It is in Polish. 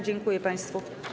Dziękuję państwu.